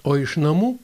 o iš namų